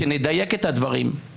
שנדייק את הדברים,